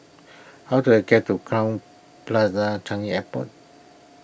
how do I get to Crowne Plaza Changi Airport